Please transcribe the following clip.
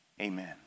Amen